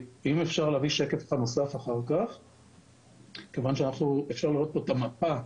בשקף הבא אפשר לראות את המפה: